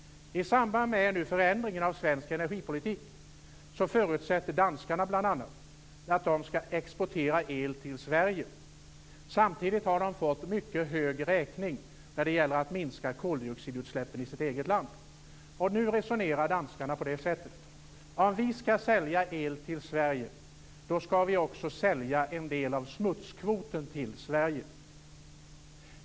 I samband med förändringen av svensk energipolitik förutsätter danskarna bl.a. att de skall exportera el till Sverige. Samtidigt har de fått mycket hög räkning när det gäller att minska koldioxidutsläppen i det egna landet. Nu resonerar danskarna att om de skall sälja el till Sverige skall de också sälja en del av smutskvoten till Sverige.